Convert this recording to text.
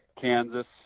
Kansas